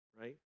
right